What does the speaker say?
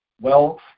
wealth